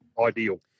ideal